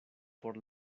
por